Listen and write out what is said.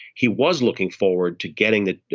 he was looking forward to getting that.